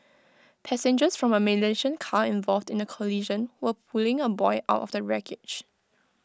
passengers from A Malaysian car involved the collision were pulling A boy out of the wreckage